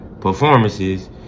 performances